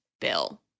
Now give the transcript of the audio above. bill